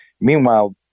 Meanwhile